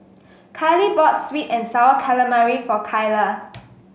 Kylie bought sweet and sour calamari for Kylah